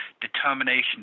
determination